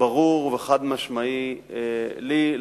ברור וחד-משמעי לי,